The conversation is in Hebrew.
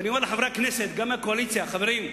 ואני אומר לחברי הכנסת, גם מהקואליציה: חברים,